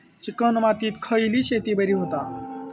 Chicken मातीत खयली शेती बरी होता?